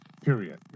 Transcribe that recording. period